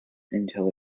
until